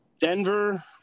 Denver